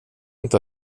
inte